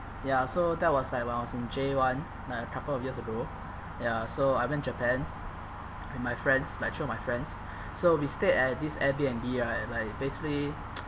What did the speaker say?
ya so that was like when I was in J one like a couple of years ago ya so I went japan with my friends like jio my friends so we stay at this Airbnb right like basically